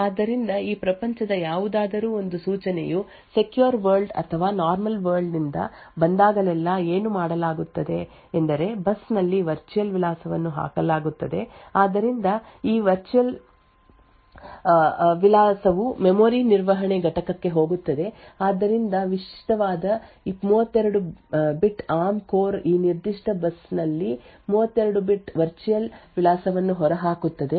ಆದ್ದರಿಂದ ಈ ಪ್ರಪಂಚದ ಯಾವುದಾದರೂ ಒಂದು ಸೂಚನೆಯು ಸೆಕ್ಯೂರ್ ವರ್ಲ್ಡ್ ಅಥವಾ ನಾರ್ಮಲ್ ವರ್ಲ್ಡ್ ನಿಂದ ಬಂದಾಗಲೆಲ್ಲಾ ಏನು ಮಾಡಲಾಗುತ್ತದೆ ಎಂದರೆ ಬಸ್ ನಲ್ಲಿ ವರ್ಚುಯಲ್ ವಿಳಾಸವನ್ನು ಹಾಕಲಾಗುತ್ತದೆ ಆದ್ದರಿಂದ ಈ ವರ್ಚುಯಲ್ ವಿಳಾಸವು ಮೆಮೊರಿ ನಿರ್ವಹಣೆ ಘಟಕಕ್ಕೆ ಹೋಗುತ್ತದೆ ಆದ್ದರಿಂದ ವಿಶಿಷ್ಟವಾದ 32 ಬಿಟ್ ಆರ್ಮ್ ಕೋರ್ ಈ ನಿರ್ದಿಷ್ಟ ಬಸ್ ನಲ್ಲಿ 32 ಬಿಟ್ ವರ್ಚುಯಲ್ ವಿಳಾಸವನ್ನು ಹೊರಹಾಕುತ್ತದೆ